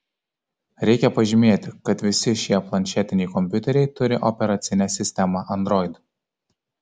reikia pažymėti kad visi šie planšetiniai kompiuteriai turi operacinę sistemą android